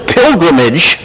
pilgrimage